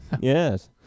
yes